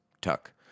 Tuck